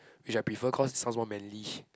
which I prefer cause it sounds more manly